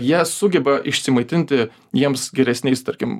jie sugeba išsimaitinti jiems geresniais tarkim